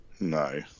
No